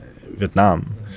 Vietnam